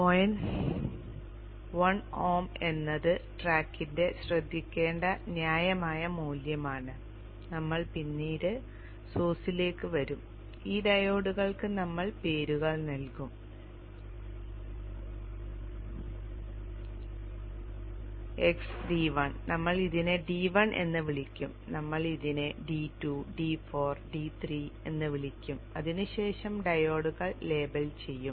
1 ohm എന്നത് ട്രാക്കിന്റെ ശ്രദ്ധിക്കേണ്ട ന്യായമായ മൂല്യമാണ് നമ്മൾ പിന്നീട് സോഴ്സിലേക്ക് വരും ഈ ഡയോഡുകൾക്ക് നമ്മൾ പേരുകൾ നൽകും x d 1 നമ്മൾ ഇതിനെ d1 എന്ന് വിളിക്കും നമ്മൾ ഇതിനെ d2 d4 d3 എന്ന് വിളിക്കും അതിനുശേഷം ഡയോഡുകൾ ലേബൽ ചെയ്യും